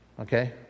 Okay